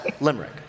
limerick